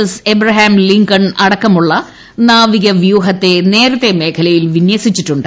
S Abraham Lincoln അടക്കമുള്ള നാവികവ്യൂഹത്തെ നേരത്തെ മേഖലയിൽ വിന്യസിച്ചിട്ടുണ്ട്